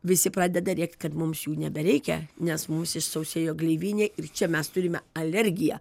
visi pradeda rėkti kad mums jų nebereikia nes mums išsausėjo gleivinė ir čia mes turime alergiją